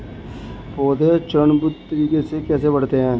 पौधे चरणबद्ध तरीके से कैसे बढ़ते हैं?